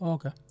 Okay